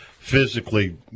physically